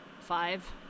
Five